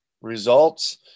results